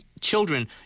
Children